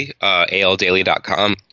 ALDaily.com